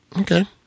okay